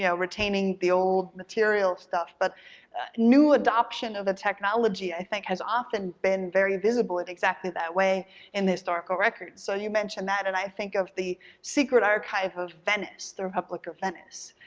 you know retaining the old material stuff, but new adoption of the technology i think has often been very visible in exactly that way in the historical records. so you mentioned that, and i think of the secret archive of venice, the republic of venice,